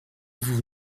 vous